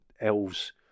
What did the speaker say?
elves